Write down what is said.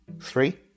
Three